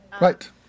Right